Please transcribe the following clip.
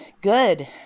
good